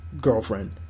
girlfriend